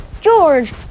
George